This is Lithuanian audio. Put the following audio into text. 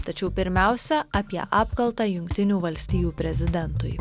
tačiau pirmiausia apie apkaltą jungtinių valstijų prezidentui